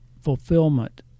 fulfillment